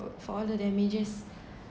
for all the damages